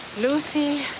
Lucy